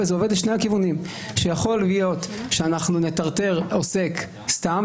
וזה עובד לשני הכיוונים: יכול להיות שאנחנו נטרטר עוסק סתם,